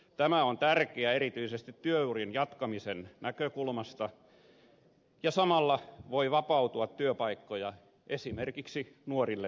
tämä on tärkeää erityisesti työurien jatkamisen näkökulmasta ja samalla voi vapautua työpaikkoja esimerkiksi nuorille työttömille